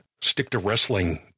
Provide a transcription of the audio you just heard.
stick-to-wrestling